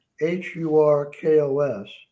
H-U-R-K-O-S